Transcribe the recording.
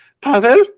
Pavel